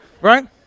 right